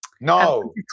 no